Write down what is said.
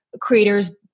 creators